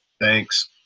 Thanks